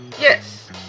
Yes